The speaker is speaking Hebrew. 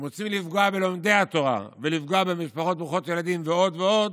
הם רוצים לפגוע בלומדי התורה ולפגוע במשפחות ברוכות ילדים ועוד ועוד,